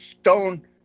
stone